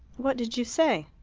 what did you say?